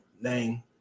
name